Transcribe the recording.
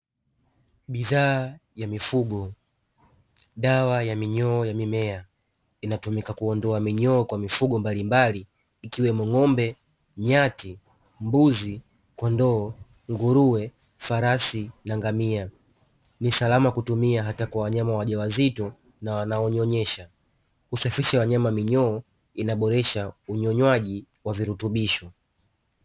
Bidhaa ya mifugo. Dawa ya minyoo ya mimea, inatumika kuondoa minyoo kwa mifugo mbalimbali, ikiwemo: ng'ombe, nyati, mbuzi, kondoo, nguruwe, farasi na ngamia. Ni salama kutumia hata kwa wanyama wajawazito na wanaonyonyesha. Husafisha wanyama minyoo, inaboresha unyonywaji wa virutubusho.